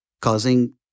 causing